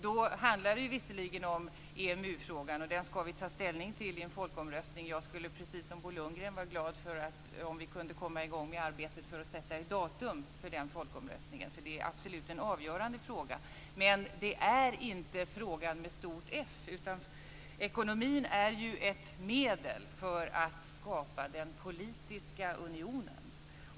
Då handlar det visserligen om EMU-frågan. Den ska vi ta ställning till i en folkomröstning. Jag skulle, precis som Bo Lundgren, vara glad över om vi kunde komma i gång med arbetet för att sätta ett datum för den folkomröstningen, eftersom det absolut är en avgörande fråga. Men det är inte frågan med stort F, utan ekonomin är ju ett medel för att skapa den politiska unionen.